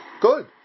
good